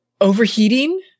overheating